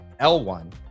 L1